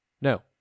no